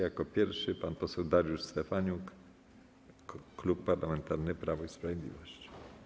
Jako pierwszy pan poseł Dariusz Stefaniuk, Klub Parlamentarny Prawo i Sprawiedliwość.